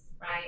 right